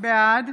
בעד